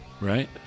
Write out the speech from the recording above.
Right